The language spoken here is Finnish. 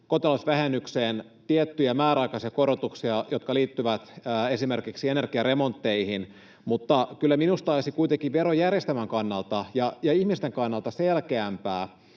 kotitalousvähennykseen tiettyjä määräaikaisia korotuksia, jotka liittyvät esimerkiksi energiaremontteihin, mutta kyllä minusta olisi kuitenkin verojärjestelmän kannalta ja ihmisten kannalta selkeämpää,